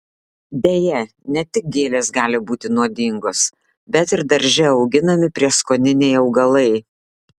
deja ne tik gėlės gali būti nuodingos bet ir darže auginami prieskoniniai augalai